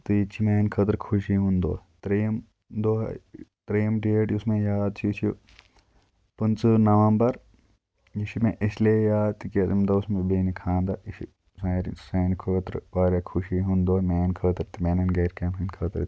تہٕ یہِ تہِ چھُ میٛانہِ خٲطرٕ خوشی ہُنٛد دۄہ ترٛیٚیِم دۄہ ترٛیٚیِم ڈیٹ یُس مےٚ یاد چھِ یہِ چھُ پٕنٛژٕ نَوَمبر یہِ چھُ مےٚ اِسلیے یاد تِکیٛازِ اَمہِ دۄہ اوس مےٚ بیٚنہِ خانٛدَر یہِ چھُ سار سانہِ خٲطرٕ واریاہ خوشی ہُنٛد دۄہ میٛانہِ خٲطرٕ تہٕ میٛانٮ۪ن گَرِکٮ۪ن ہٕنٛدۍ خٲطرٕ تہِ